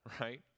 right